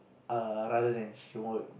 err rather than she want